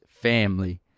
family